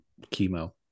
Chemo